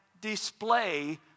display